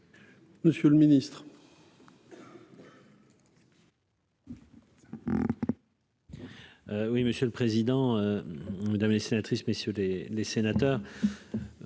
Monsieur le ministre.